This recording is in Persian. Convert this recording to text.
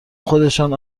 خودشان